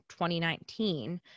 2019